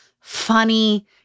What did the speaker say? funny